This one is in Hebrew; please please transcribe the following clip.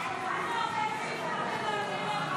אני מבקש שקט במליאה.